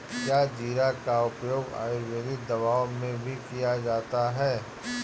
क्या जीरा का उपयोग आयुर्वेदिक दवाओं में भी किया जाता है?